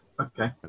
okay